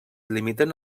limiten